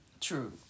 True